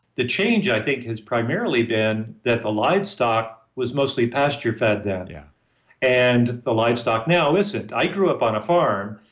the change i think has primarily been that the livestock was mostly pasture-fed then, yeah and the livestock now isn't i grew up on a farm,